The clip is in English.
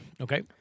Okay